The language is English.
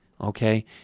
Okay